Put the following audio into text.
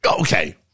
Okay